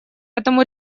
этому